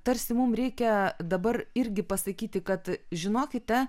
tarsi mum reikia dabar irgi pasakyti kad žinokite